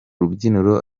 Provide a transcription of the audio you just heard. rubyiniro